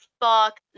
fuck